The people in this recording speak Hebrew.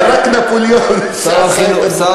זה היה רק נפוליאון שעשה את הדברים האלה.